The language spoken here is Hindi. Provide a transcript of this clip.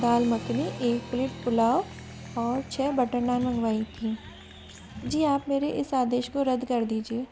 दाल मखनी एक प्लेट पुलाव और छः बटर नान मंगवाई थीं जी आप मेरे इस आदेश को रद्द कर दीजिए